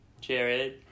Jared